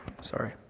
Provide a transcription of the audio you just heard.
sorry